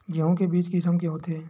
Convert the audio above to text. गेहूं के बीज के किसम के होथे?